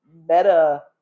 meta